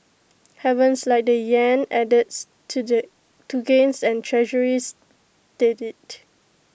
havens like the Yen added to do to gains and Treasuries steadied